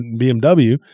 BMW